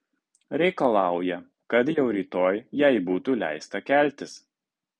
reikalauja kad jau rytoj jai būtų leista keltis